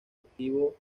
activo